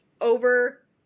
over